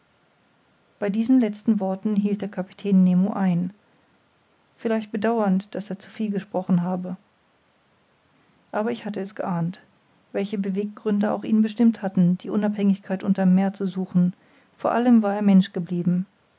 bei diesen letzten worten hielt der kapitän nemo ein vielleicht bedauernd daß er zu viel gesprochen habe aber ich hatte es geahnt welche beweggründe auch ihn bestimmt hatten die unabhängigkeit unter'm meer zu suchen vor allem war er mensch geblieben